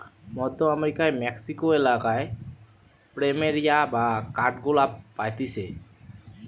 মধ্য আমেরিকার মেক্সিকো এলাকায় প্ল্যামেরিয়া বা কাঠগোলাপ পাইতিছে